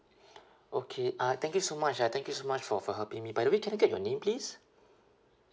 okay uh thank you so much ah thank you so much for for helping me by the way can I get your name please